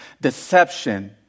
deception